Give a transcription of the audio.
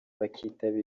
bakitabira